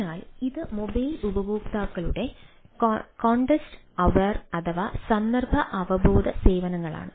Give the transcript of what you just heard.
അതിനാൽ ഇത് മൊബൈൽ ഉപയോക്താക്കളുടെ കോണ്ടെക്സ്റ്റ് അവേർ അഥവാ സന്ദർഭ അവബോധ സേവനങ്ങളാണ്